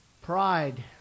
pride